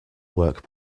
work